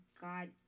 God